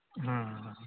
ᱦᱮᱸ